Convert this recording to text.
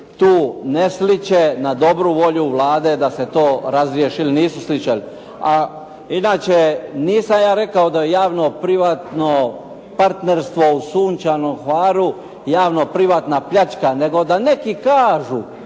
ne sliče na dobru volju Vlade da se to razriješi ili …. A inače nisam ja rekao da javno-privatno partnerstvo u Sunčanom Hvaru, javno-privatna pljačka nego da neki kažu